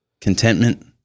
contentment